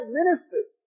ministers